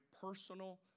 personal